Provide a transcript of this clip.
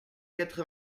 quatre